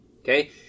okay